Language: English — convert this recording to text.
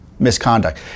Misconduct